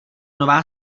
nová